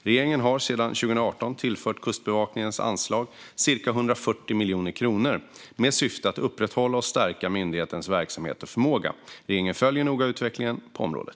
Regeringen har sedan 2018 tillfört Kustbevakningens anslag om cirka 140 miljoner kronor med syfte att upprätthålla och stärka myndighetens verksamhet och förmåga. Regeringen följer noga utvecklingen på området.